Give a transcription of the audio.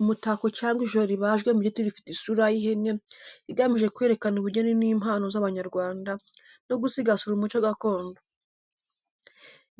Umutako cyangwa ishusho ribajwe mu giti rifite isura y’ihene, igamije kwerekana ubugeni n’impano z’Abanyarwanda, no gusigasira umuco gakondo.